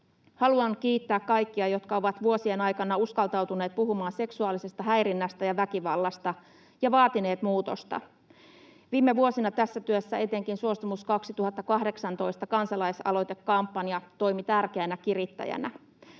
Haluan kiittää kaikkia, jotka ovat vuosien aikana uskaltautuneet puhumaan seksuaalisesta häirinnästä ja väkivallasta ja vaatineet muutosta. Viime vuosina tässä työssä etenkin Suostumus2018-kansalaisaloitekampanja toimi tärkeänä kirittäjänä.